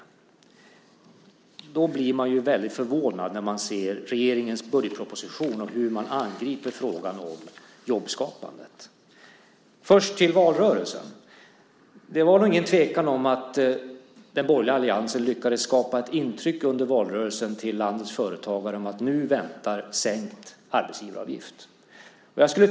Man blir därför väldigt förvånad när man ser regeringens budgetproposition och hur man angriper frågan om jobbskapandet. Vi kan börja med valrörelsen. Det var nog ingen tvekan om att den borgerliga alliansen lyckades skapa ett intryck för landets företagare om att nu väntar sänkt arbetsgivaravgift.